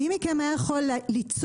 מי מכם היה יכול ליצור,